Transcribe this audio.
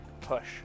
push